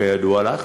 כידוע לך,